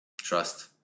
trust